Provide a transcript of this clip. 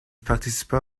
participa